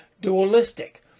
dualistic